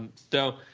and so,